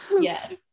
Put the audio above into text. yes